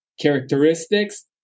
characteristics